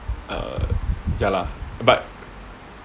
err ya lah but